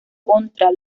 contra